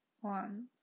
one